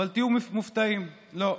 אבל, תהיו מופתעים: לא.